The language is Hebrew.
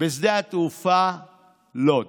בשדה התעופה לוד.